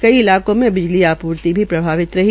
कई इलाकों में बिजली आपूर्ति भी प्रभावित रही